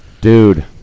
Dude